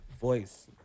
voice